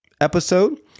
episode